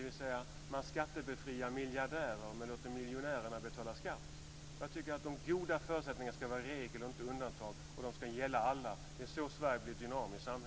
Jag undrar: Hur ska Hökmark klara de nya utmaningarna med en krympande värld när det gäller resurser och en ökande värld när det gäller människor?